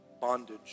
bondage